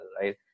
right